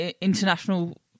international